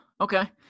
okay